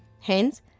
Hence